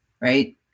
right